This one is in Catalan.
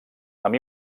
amb